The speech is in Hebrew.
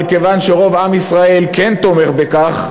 אבל כיוון שרוב עם ישראל כן תומך בכך,